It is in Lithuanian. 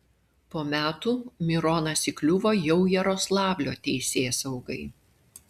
po metų mironas įkliuvo jau jaroslavlio teisėsaugai